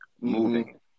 Moving